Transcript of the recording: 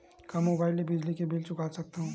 का मुबाइल ले बिजली के बिल चुका सकथव?